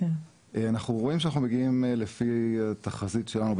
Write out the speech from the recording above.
אנחנו רואים שאנחנו מגיעים לפי התחזית שלנו,